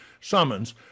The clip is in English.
summons